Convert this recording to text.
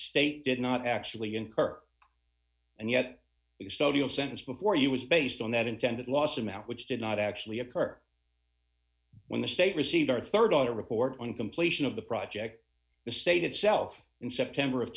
state did not actually incur and yet the sentence before you was based on that intended loss amount which did not actually occur when the state received our rd on a report on completion of the project the state itself in september of